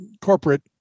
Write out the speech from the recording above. corporate